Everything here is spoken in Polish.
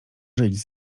żyć